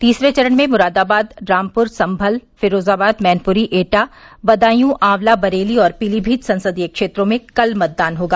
तीसरे चरण में मुरादाबाद रामपुर संभल फिरोजाबाद मैनपुरी एटा बंदायू आंवला बरेली और पीलीभीत संसदीय क्षेत्रों में कल मतदान होगा